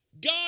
God